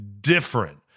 different